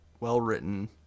Well-written